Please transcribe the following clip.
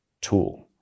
tool